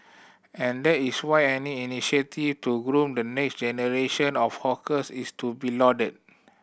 and that is why any initiative to groom the next generation of hawkers is to be lauded